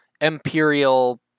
imperial